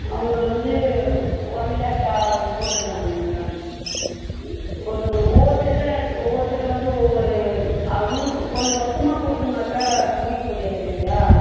அவங்க வந்து ஒன் லேக் போட்டிருக்காங்க மேடம் ஒன்று ஒவ்வொருத்தருகிட்ட ஒவ்வொருத்தர்கிட்ட வந்து ஒவ்வொரு நூறு ஒன் மொத்தமாக கொடுத்தமுன்னாக்கா முடிக்க முடியாது இல்லைங்களா